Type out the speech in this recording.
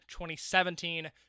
2017